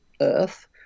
earth